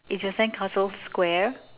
is your sandcastle square